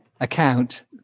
account